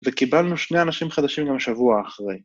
וקיבלנו שני אנשים חדשים גם בשבוע אחרי.